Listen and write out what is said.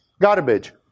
garbage